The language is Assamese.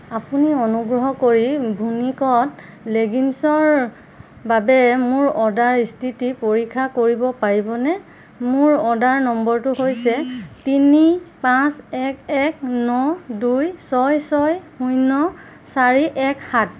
আপুনি অনুগ্ৰহ কৰি ভুনিকত লেগিংছৰ বাবে মোৰ অৰ্ডাৰৰ স্থিতি পৰীক্ষা কৰিব পাৰিবনে মোৰ অৰ্ডাৰ নম্বৰটো হৈছে তিনি পাঁচ এক এক ন দুই ছয় ছয় শূন্য চাৰি এক সাত